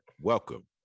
Welcome